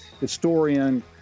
historian